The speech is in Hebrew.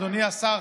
אדוני השר,